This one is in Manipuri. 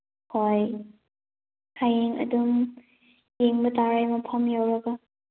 ꯍꯣꯏ ꯍꯌꯦꯡ ꯑꯗꯨꯝ ꯌꯦꯡꯕ ꯇꯥꯔꯦ ꯃꯐꯝ ꯌꯧꯔꯒ